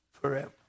forever